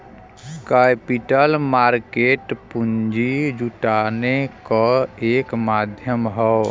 capital market पूंजी जुटाने क एक माध्यम हौ